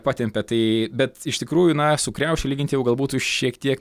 patempia tai bet iš tikrųjų na su kriauše lyginti jau gal būtų šiek tiek